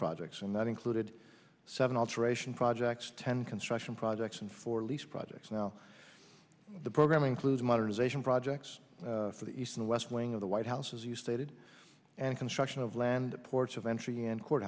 projects and that included seven alteration projects ten construction projects and four lease projects now the program includes modernization projects for the east and west wing of the white house as you stated and construction of land ports of entry and court